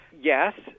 yes